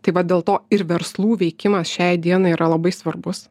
tai va dėl to ir verslų veikimas šiai dienai yra labai svarbus